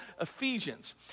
Ephesians